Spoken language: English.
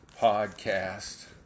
podcast